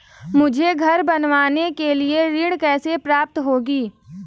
मुझे घर बनवाने के लिए ऋण कैसे प्राप्त होगा?